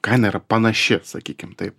kaina yra panaši sakykim taip